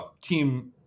team